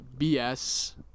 BS